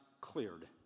cleared